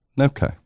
okay